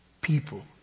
people